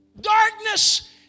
Darkness